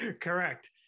Correct